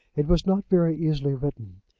it was not very easily written.